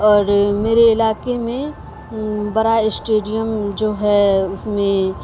اور میرے علاقے میں برا اسٹیڈیم جو ہے اس میں